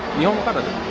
younger brother